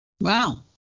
Wow